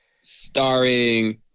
starring